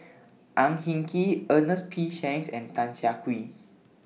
Ang Hin Kee Ernest P Shanks and Tan Siah Kwee